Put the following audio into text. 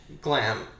glam